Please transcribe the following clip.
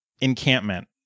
encampment